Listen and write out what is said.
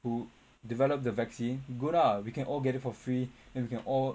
who developed the vaccine good lah we can all get it for free and we can all